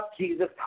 Jesus